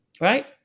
right